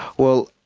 well,